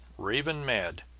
raving mad,